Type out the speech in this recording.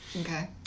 Okay